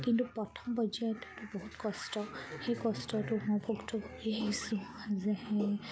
কিন্তু প্ৰথম পৰ্যায়তটো বহুত কষ্ট সেই কষ্টটো মই ভুক্তভোগী আহিছোঁ যে